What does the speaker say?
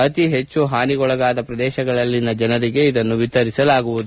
ಅತಿ ಹೆಚ್ಚು ಹಾನಿಗೊಳಗಾದ ಪ್ರದೇಶಗಳಲ್ಲಿನ ಜನರಿಗೆ ಇದನ್ನು ವಿತರಿಸಲಾಗುವುದು